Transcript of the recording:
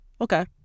Okay